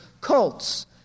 cults